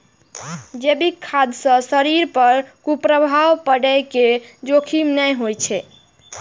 जैविक खाद्य सं शरीर पर कुप्रभाव पड़ै के जोखिम नै होइ छै